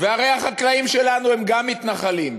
והרי החקלאים שלנו הם גם מתנחלים,